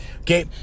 Okay